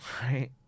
right